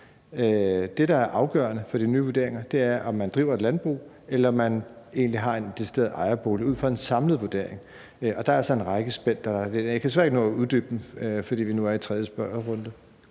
Det, der er afgørende for de nye vurderinger, er, om man driver et landbrug, eller om man har en decideret ejerbolig. Det er ud fra en samlet vurdering. Og der er altså en række spænd. Jeg kan desværre ikke nå at uddybe dem, fordi vi nu er i tredje spørgerunde.